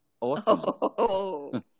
Awesome